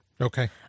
Okay